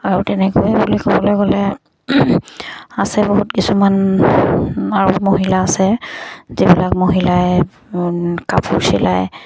আৰু তেনেকৈয়ে বুলি ক'বলৈ গ'লে আছে বহুত কিছুমান আৰু মহিলা আছে যিবিলাক মহিলাই কাপোৰ চিলাই